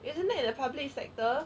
isn't that the public sector